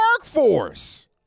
workforce